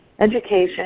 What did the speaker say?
education